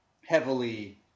heavily